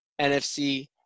NFC